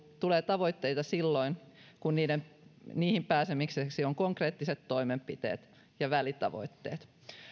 tulee tavoitteita silloin kun niihin pääsemiseksi on konkreettiset toimenpiteet ja välitavoitteet